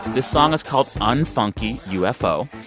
this song is called unfunky ufo,